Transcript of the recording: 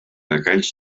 aquells